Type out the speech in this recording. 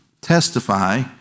testify